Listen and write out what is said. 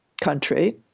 country